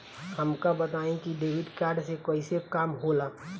हमका बताई कि डेबिट कार्ड से कईसे काम होला?